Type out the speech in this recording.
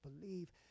believe